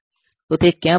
તો તે ક્યાં પાછું આવશે